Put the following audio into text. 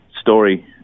story